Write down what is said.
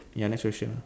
ya next question